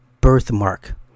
birthmark